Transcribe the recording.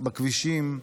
בכבישים.